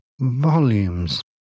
volumes